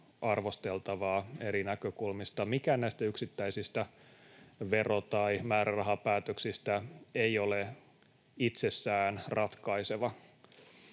arvosteltavaa eri näkökulmista, mikään näistä yksittäisistä vero- tai määrärahapäätöksistä ei ole itsessään ratkaiseva.